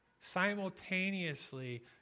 Simultaneously